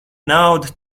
nauda